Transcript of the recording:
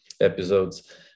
episodes